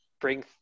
bring